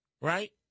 right